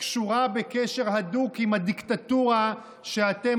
קשורה בקשר הדוק עם הדיקטטורה שאתם